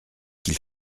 qu’il